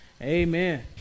Amen